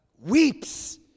Weeps